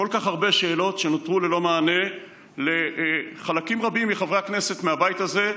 כל כך הרבה שאלות שנותרו ללא מענה לחלקים רבים מחברי הכנסת מהבית הזה,